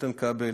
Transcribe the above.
איתן כבל,